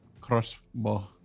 crossbow